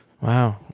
Wow